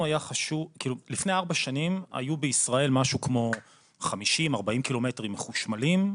לפני ארבע שנים היו בישראל משהו כמו 40-50 קילומטרים מחושמלים,